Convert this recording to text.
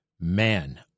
man